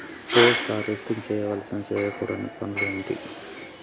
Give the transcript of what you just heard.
Post harvesting చేయవలసిన చేయకూడని పనులు ఏంటి?